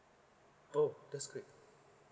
oh that's great